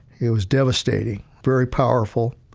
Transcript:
it was devastating, very powerful.